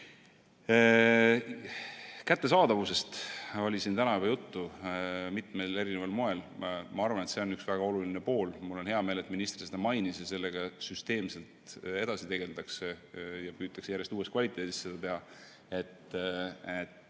Kättesaadavusest oli siin täna juba mitmel moel juttu. Ma arvan, et see on väga oluline tahk. Mul on hea meel, et minister seda mainis ja et sellega süsteemselt edasi tegeldakse ning püütakse järjest uues kvaliteedis tagada, et